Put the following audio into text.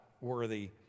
worthy